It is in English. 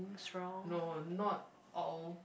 no not all